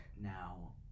Now